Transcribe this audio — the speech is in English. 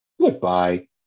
Goodbye